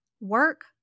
Work